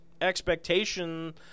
expectation